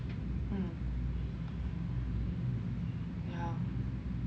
mm yeah